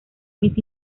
miss